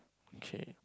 K